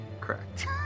Correct